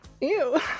Ew